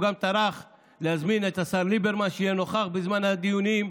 הוא גם טרח להזמין את השר ליברמן שיהיה נוכח בזמן הדיונים,